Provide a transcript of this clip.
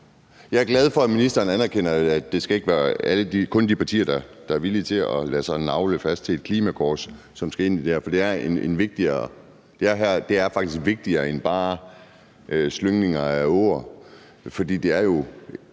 Jeg er glad for, at ministeren anerkender, at det ikke kun skal være de partier, der er villige til at lade sig nagle fast til et klimakors, som skal ind i det her. For det her er faktisk vigtigere end bare at slynge ord